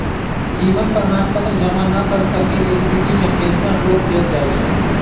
जीवन प्रमाण पत्र जमा न कर सक्केँ के स्थिति में पेंशन रोक देल जाइ छइ